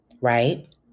right